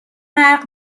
غرق